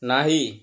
नाही